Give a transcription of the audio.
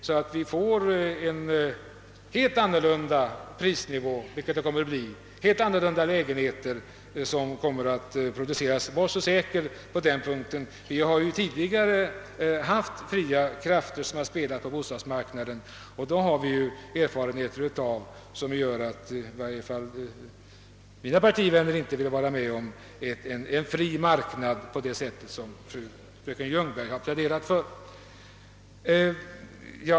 Vi skulle då emellertid få en helt annan prisnivå och helt andra lägenheter skulle komma att produceras — var så säker på det! Vi har tidigare haft fria krafter som spelat på bostadsmarknaden, och erfarenheterna därav gör att i varje fall inte vi inom vårt parti vill vara med om en fri marknad av det slag som fröken Ljungberg pläderat för.